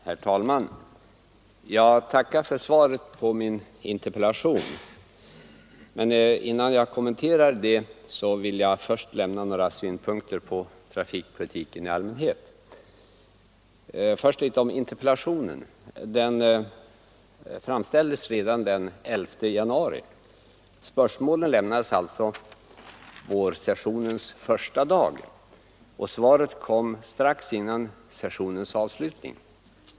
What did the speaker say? Herr talman! Jag tackar för svaret på min interpellation, men innan jag kommenterar det närmare vill jag lämna några synpunkter på trafikpolitiken i allmänhet. Interpellationen framställdes redan den 11 januari. Spörsmålen lades alltså fram på vårsessionens första dag, och svaret kom strax före sessionens avslutning.